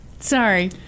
sorry